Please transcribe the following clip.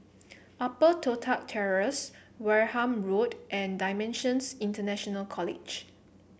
Upper Toh Tuck Terrace Wareham Road and Dimensions International College